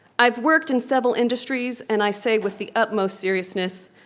i've worked in several industries, and i say with the utmost seriousness,